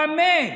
במה?